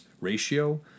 ratio